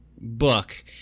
book